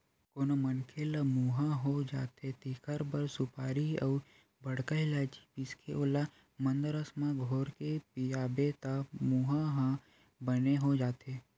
कोनो मनखे ल मुंहा हो जाथे तेखर बर सुपारी अउ बड़का लायची पीसके ओला मंदरस म घोरके पियाबे त मुंहा ह बने हो जाथे